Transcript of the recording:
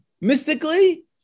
mystically